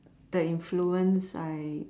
the influence I